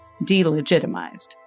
delegitimized